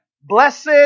Blessed